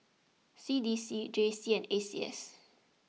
C D C J C and A C S